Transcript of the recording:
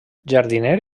jardiner